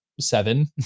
seven